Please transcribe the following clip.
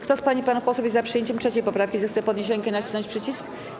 Kto z pań i z panów posłów jest za przyjęciem 3. poprawki, zechce podnieść rękę i nacisnąć przycisk.